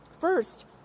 first